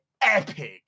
epic